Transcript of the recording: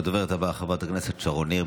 הדוברת הבאה, חברת הכנסת שרון ניר,